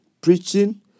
preaching